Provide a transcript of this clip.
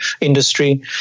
industry